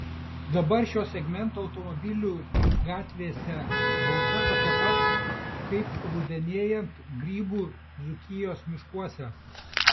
dabar šio segmento automobilių gatvėse gausa tokia pat kaip rudenėjant grybų dzūkijos miškuose